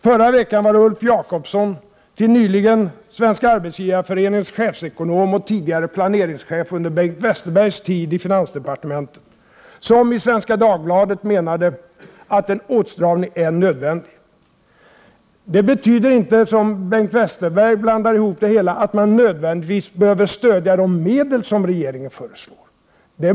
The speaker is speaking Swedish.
Förra veckan var det Ulf Jakobsson, till nyligen Svenska arbetsgivareföreningens chefsekonom och tidigare planeringschef under Bengt Westerbergs tid i finansdepartementet, som i Svenska Dagbladet menade att en åtstramning är nödvändig. Men det betyder inte — Bengt Westerberg blandar ihop det hela — att man nödvändigtvis måste acceptera de medel som regeringen föreslår.